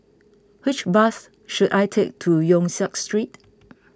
which bus should I take to Yong Siak Street